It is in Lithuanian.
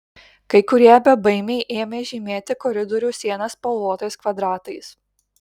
kai kurie bebaimiai ėmė žymėti koridorių sienas spalvotais kvadratais